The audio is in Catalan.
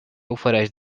ofereix